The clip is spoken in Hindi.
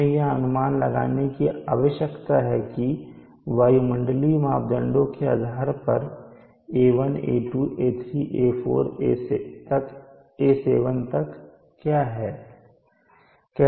हमें यह अनुमान लगाने की आवश्यकता है कि वायुमंडलीय मापदंडों के आधार पर A1 A2 A3 A4 A5 A6 A7 क्या हैं